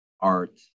art